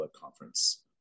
Conference